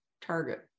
target